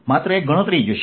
માત્ર એક ગણતરી છે